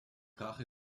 krach